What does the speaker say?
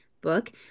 book